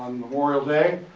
memorial day,